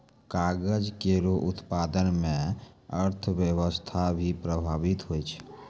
कागज केरो उत्पादन म अर्थव्यवस्था भी प्रभावित होय छै